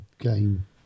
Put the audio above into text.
game